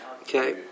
Okay